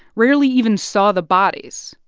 rarely even saw the bodies.